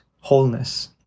wholeness